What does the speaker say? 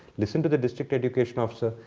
listen to the district education officer.